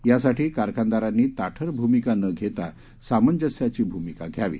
यासाठीकारखानदारांनीताठरभूमिकानघेतासामंजस्यभूमिकाघ्यावी